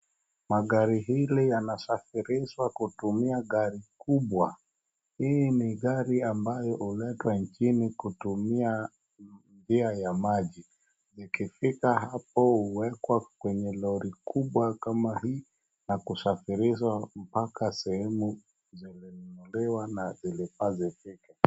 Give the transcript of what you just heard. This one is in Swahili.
Magari hili yansafirishwa kutumia gari kubwa. Hii ni gari ambayo huletwa nchini kutumia njia ya maji ikifika hapo huwekwa kwenye lori kubwa kama hii na kusafirishwa mpaka sehemu zilinunuliwa na zilifaa zifike.